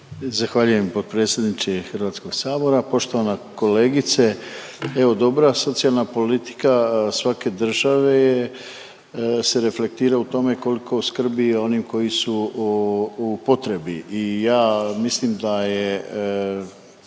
Zahvaljujem potpredsjedniče HS. Poštovana kolegice, evo dobra socijalna politika svake države je, se reflektira u tome koliko skrbi o onim koji su u, u potrebi i ja mislim da je